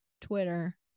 twitter